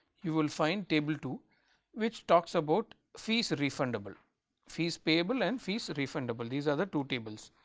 you will find table two which talks about fees refundable fees payable and fees refundable these are the two tables.